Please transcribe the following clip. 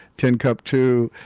tin cup two,